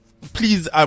Please